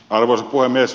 arvoisa puhemies